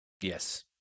Yes